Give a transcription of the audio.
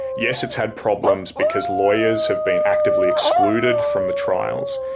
yes, it's had problems because lawyers have been actively excluded from the trials.